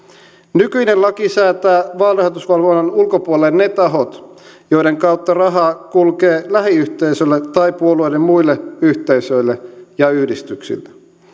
nykyinen laki säätää vaalirahoitusvalvonnan ulkopuolelle ne tahot joiden kautta rahaa kulkee lähiyhteisöille tai puolueiden muille yhteisöille ja yhdistyksille